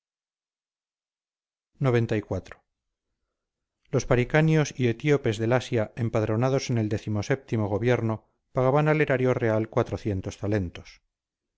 xciv los paricanios y etíopes del asia empadronados en el decimosétimo gobierno pagaban al erario real talentos